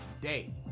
day